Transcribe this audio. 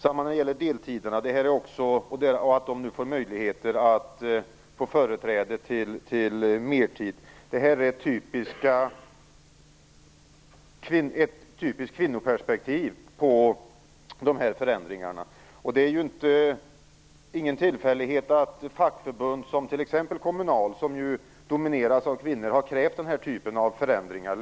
Vidare gäller det deltidarna och deras möjligheter till företräde till mertid. Här har vi ett typiskt kvinnoperspektiv på dessa förändringar. Det är ingen tillfällighet att fackförbund som t.ex. Kommunal, som ju domineras av kvinnor, länge har krävt den här typen av förändringar.